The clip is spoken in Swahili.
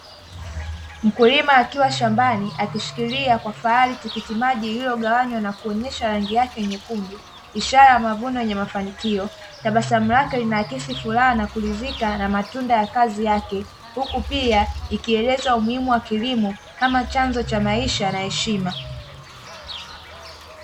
Mkulima akiwa shambani akishikilia kwa fahari tikiti maji lililogawanywa na kuonyeshwa rangi yake nyekundu, ishara ya mavuno yenye mafanikio tabasamu lake lina akisi furaha na kuridhika na matunda ya kazi yake huku pia ikieleza umuhimu wa kilimo kama chanzo cha maisha na heshima.